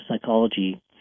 psychology